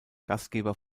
gastgeber